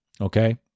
Okay